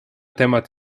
temat